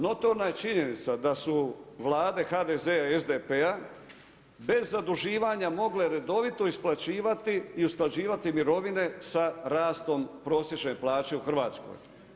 Notorna je činjenica da su Vlade HDZ-a i SDP-a bez zaduživanja mogle redovito isplaćivati i usklađivati mirovine sa rastom prosječne plaće u Hrvatskoj.